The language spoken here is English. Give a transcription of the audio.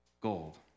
gold